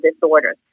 disorders